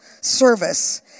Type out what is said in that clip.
service